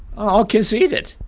i'll concede it.